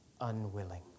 unwilling